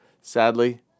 Sadly